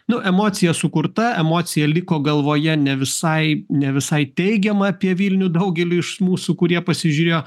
nu emocija sukurta emocija liko galvoje ne visai ne visai teigiama apie vilnių daugeliui iš mūsų kurie pasižiūrėjo